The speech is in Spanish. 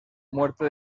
muerte